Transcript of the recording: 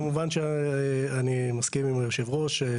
כמובן שאני מסכים עם יושב הראש.